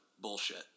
bullshit